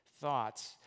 thoughts